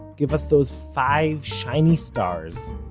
give us those five shiny stars,